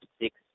six